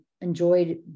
enjoyed